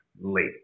late